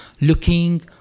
looking